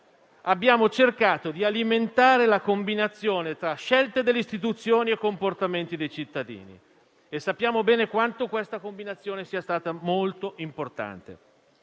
abbiamo cercato di alimentare la combinazione tra scelte delle istituzioni e comportamenti dei cittadini e sappiamo bene quanto essa sia stata importante.